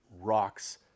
rocks